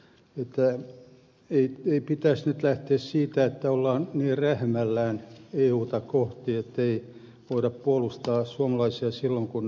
ei pitäisi nyt lähteä siitä että ollaan niin rähmällään euta kohti ettei voida puolustaa suomalaisia silloin kun he ovat vaikeuksissa